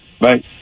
Bye